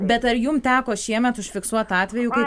bet ar jum teko šiemet užfiksuot atvejų kai